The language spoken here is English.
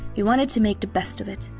we wanted to make the best of it,